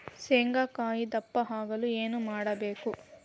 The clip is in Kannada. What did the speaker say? ಶೇಂಗಾಕಾಯಿ ದಪ್ಪ ಆಗಲು ಏನು ಮಾಡಬೇಕು?